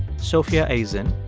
sophia azin,